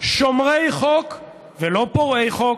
שומרי חוק ולא פורעי חוק,